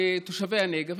כתושבי הנגב,